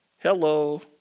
Hello